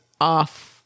off